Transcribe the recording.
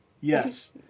Yes